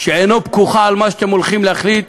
שעינו פקוחה על מה שאתם הולכים להחליט.